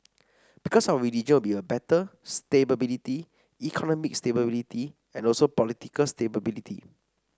because our region will be better stability economic stability and also political stability